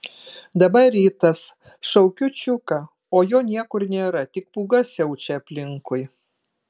dabar rytas šaukiu čiuką o jo niekur nėra tik pūga siaučia aplinkui